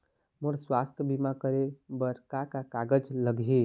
मोर स्वस्थ बीमा करे बर का का कागज लगही?